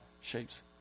shapes